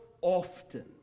often